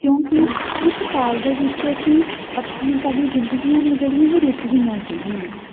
ਕਿਉਂਕਿ ਉਸ ਕਾਲ ਦੇ ਵਿੱਚ ਅਸੀਂ ਆਪਣੀ ਸਾਡੀ ਜ਼ਿੰਦਗੀਆਂ ਨੇ ਜਿਹੜੀਆਂ ਉਹ ਰੁਕ ਗਈਆਂ ਸੀਗੀਆਂ